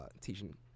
teaching